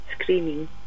Screaming